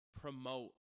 promote